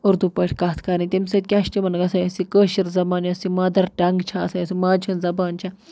اُردو پٲٹھۍ کَتھ کَرٕنۍ تمہِ سۭتۍ کیٛاہ چھِ تِمَن گژھان اَسہِ یہِ کٲشِر زَبان یۄس یہِ مَدَر ٹنٛگ چھےٚ آسان یۄس یہِ ماجہِ ہٕنٛز زَبان چھےٚ